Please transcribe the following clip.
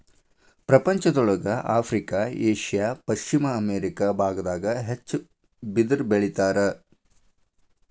ಪ್ರಪಂಚದೊಳಗ Africa Asia ಪಶ್ಚಿಮ America ಬಾಗದಾಗ ಹೆಚ್ಚ ಬಿದಿರ ಬೆಳಿತಾರ